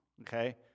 okay